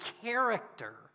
character